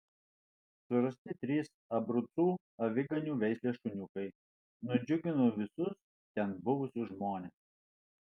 surasti trys abrucų aviganių veislės šuniukai nudžiugino visus ten buvusius žmones